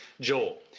Joel